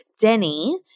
Denny